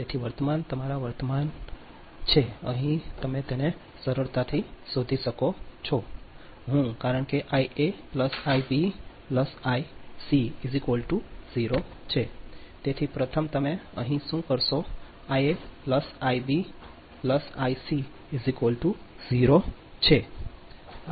તેથી વર્તમાન તમારા વર્તમાનમાં વર્તમાન વર્તમાન છે અહીં તમે તેને સરળતાથી શોધી શકો છો હું કારણ કે આઈએ ઇબ આઇસી 0